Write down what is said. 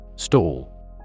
Stall